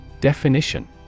Definition